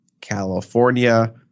California